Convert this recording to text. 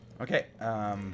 Okay